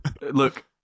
Look